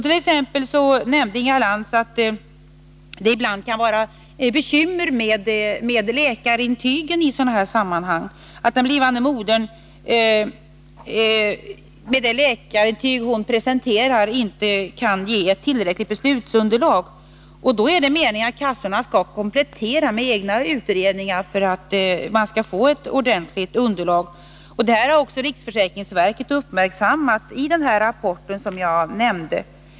Inga Lantz nämnde t.ex. att det ibland kan vara bekymmer med läkarintygen i sådana här sammanhang. Det läkarintyg den blivande modern presenterar kanske inte kan ge ett tillräckligt beslutsunderlag. Då är det meningen att kassorna skall komplettera med egna utredningar för att man skall få ett ordentligt underlag. Detta har också riksförsäkringsverket uppmärksammat i den rapport som jag nämnde.